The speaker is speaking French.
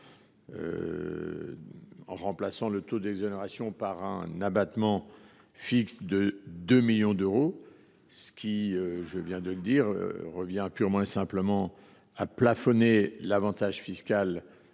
en remplaçant le taux d’exonération par un abattement fixe de 2 millions d’euros. Cela reviendrait purement et simplement à plafonner l’avantage fiscal